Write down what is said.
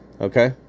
okay